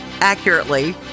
accurately